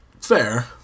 Fair